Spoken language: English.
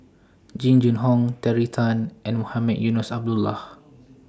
Jing Jun Hong Terry Tan and Mohamed Eunos Abdullah